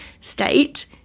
state